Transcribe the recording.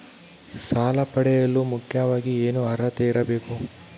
ಸಾಲ ಪಡೆಯಲು ಮುಖ್ಯವಾಗಿ ಏನು ಅರ್ಹತೆ ಇರಬೇಕು?